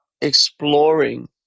exploring